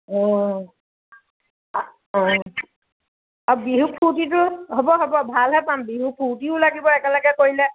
অ অ আও বিহুৰ ফুৰ্ত্তিটো হ'ব হ'ব ভালহে পাম বিহুৰ ফুৰ্ত্তিও লাগিব একেলগে কৰিলে